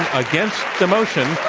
against the motion,